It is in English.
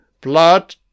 Blood